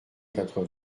quatre